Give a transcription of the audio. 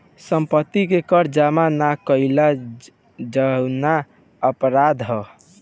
सम्पत्ति के कर जामा ना कईल जघन्य अपराध ह